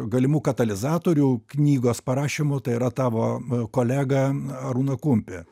galimų katalizatorių knygos parašymo tai yra tavo kolegą arūną kumpį